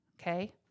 Okay